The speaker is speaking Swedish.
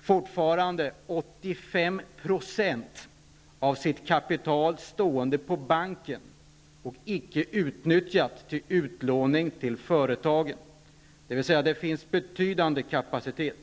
fortfarande 85 % av sitt kapital stående på banken, icke utnyttjat för utlåning till företagen, dvs. det finns betydande kapacitet.